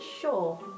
sure